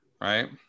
Right